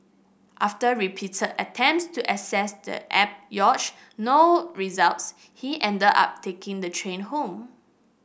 after repeated attempts to access the app yielded no results he ended up taking the train home